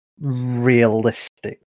realistic